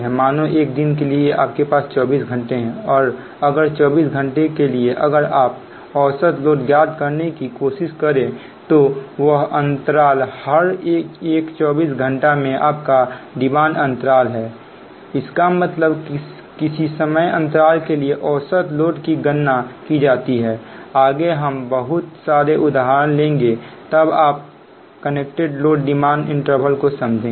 मानो 1 दिन के लिए आपके पास 24 घंटे हैं और अगर 24 घंटे के लिए अगर आप औसत लोड ज्ञात करने की कोशिश करें तो वह अंतराल हर एक 24 घंटा में आपका डिमांड अंतराल है इसका मतलब किसी समय अंतराल के लिए औसत लोड की गणना की जाती है आगे हम बहुत सारे उदाहरण लेंगे तब आप कनेक्टेड लोड डिमांड इंटरवल को समझोगे